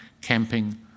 camping